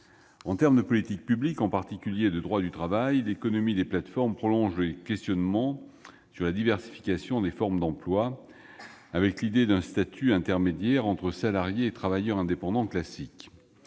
En termes de politiques publiques, en particulier de droit du travail, l'économie des plateformes prolonge les questionnements sur la diversification des formes d'emploi, avec l'idée d'un statut intermédiaire entre salarié et travailleur indépendant classiques,